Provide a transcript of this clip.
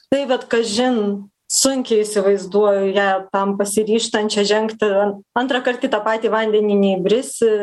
taip bet kažin sunkiai įsivaizduoju ją tam pasiryžtančią žengti antrąkart į tą patį vandenį neįbrisi